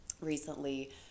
recently